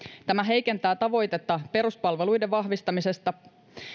tämä heikentää tavoitetta peruspalveluiden vahvistamisesta